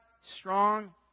strong